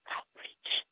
Outreach